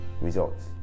results